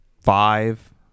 five